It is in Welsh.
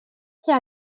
tua